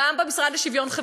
גם במשרד לשוויון חברתי.